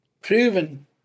proven